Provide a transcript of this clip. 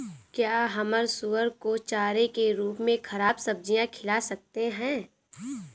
क्या हम सुअर को चारे के रूप में ख़राब सब्जियां खिला सकते हैं?